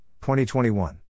2021